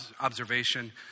observation